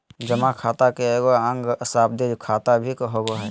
जमा खाता के एगो अंग सावधि खाता भी होबो हइ